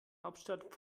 hauptstadt